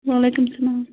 وعلیکُم سلام